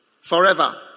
Forever